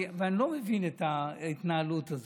ואני לא מבין את ההתנהלות הזאת.